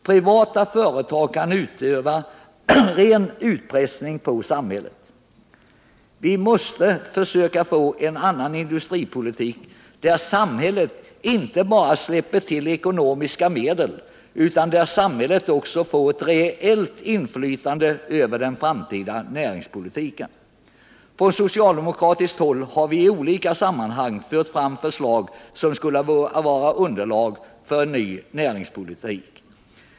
Privata företag kan utöva ren utpressning på samhället. Vi måste försöka få en annan industripolitik, där samhället inte bara släpper till ekonomiska medel utan där samhället också får ett reellt inflytande på den framtida industripolitiken. Från socialdemokratiskt håll har vi i olika sammanhang fört fram förslag som skulle kunna vara underlag för en ny näringspolitik.